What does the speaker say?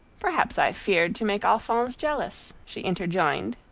perhaps i feared to make alphonse jealous, she interjoined,